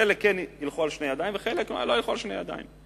חלק כן ילכו על שתי ידיים וחלק לא ילכו על שתי ידיים.